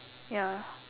ya